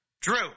Drew